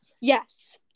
Yes